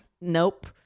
nope